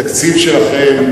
התקציב שלכם,